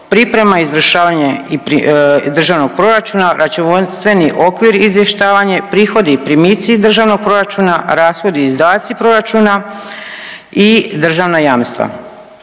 priprema i izvršavanje Državnog proračuna, računovodstveni okvir izvještavanje, prihodi i primici Državnog proračuna, rashodi i izdatci proračuna i državna jamstva.